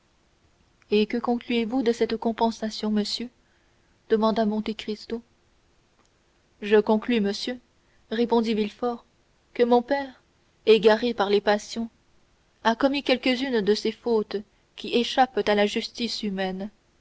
et que concluez-vous de cette compensation monsieur demanda monte cristo je conclus monsieur répondit villefort que mon père égaré par les passions a commis quelques-unes de ces fautes qui échappent à la justice humaine